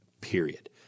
Period